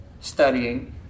studying